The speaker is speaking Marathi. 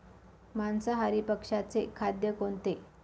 मांसाहारी पक्ष्याचे खाद्य कोणते?